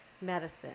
medicine